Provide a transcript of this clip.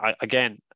Again